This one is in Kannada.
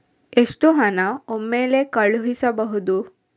ಎಷ್ಟು ಹಣ ಒಮ್ಮೆಲೇ ಕಳುಹಿಸಬಹುದು?